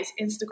Instagram